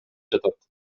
жатат